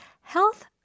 health